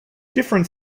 different